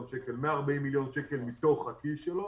שקל: 140 מיליון שקל מתוך הכיס שלו